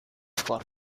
for